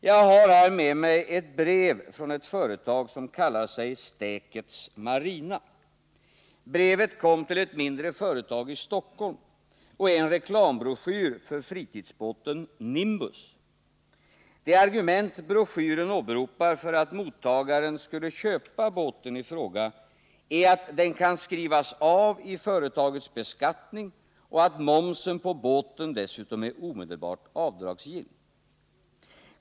Jag har med mig här ett brev från ett företag som kallar sig Stäkets Marina. Brevet kom till ett mindre företag i Stockholm och är en reklambroschyr för fritidsbåten Nimbus. De argument broschyren åberopar för att mottagaren skulle köpa båten i fråga är att den kan skrivas av i företagets beskattning och att momsen på båten dessutom är omedelbart avdragsgill.